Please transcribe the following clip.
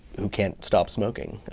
can't stop smoking.